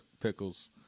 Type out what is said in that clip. Pickles